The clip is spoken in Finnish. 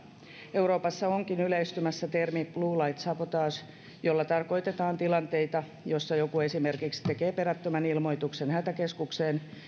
euroopassa onkin yleistymässä termi blue light sabotage jolla tarkoitetaan tilanteita joissa joku esimerkiksi tekee perättömän ilmoituksen hätäkeskukseen